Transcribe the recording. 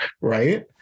Right